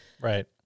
Right